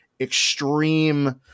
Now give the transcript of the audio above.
extreme